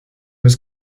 was